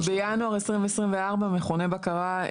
כי בינואר 2024 מכוני בקרה,